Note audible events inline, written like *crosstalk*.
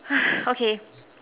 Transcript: *noise* okay